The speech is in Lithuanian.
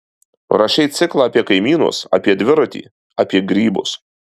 rašei ciklą apie kaimynus apie dviratį apie grybus